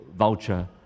voucher